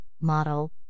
model